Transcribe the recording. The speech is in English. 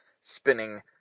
spinning